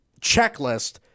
checklist